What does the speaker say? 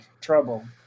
trouble